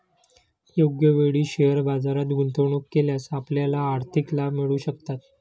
योग्य वेळी शेअर बाजारात गुंतवणूक केल्यास आपल्याला आर्थिक लाभ मिळू शकतात